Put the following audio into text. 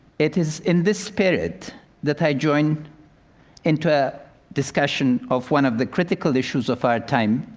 it is in this spirit that i join into a discussion of one of the critical issues of our time,